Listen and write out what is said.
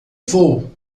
vou